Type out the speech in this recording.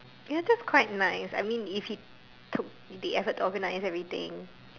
ya that's quite nice I mean if he took the effort to organise everything